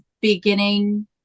beginning